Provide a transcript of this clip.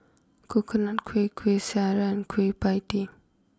Coconut Kuih Kuih Syara Kueh Pie Tee